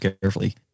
carefully